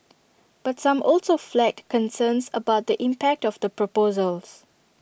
but some also flagged concerns about the impact of the proposals